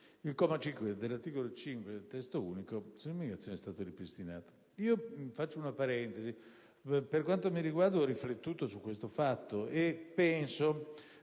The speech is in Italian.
il comma 5 dell'articolo 5 del Testo unico sull'immigrazione è stato ripristinato. Tra parentesi, per quanto mi riguarda, ho riflettuto su questo fatto e penso